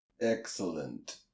Excellent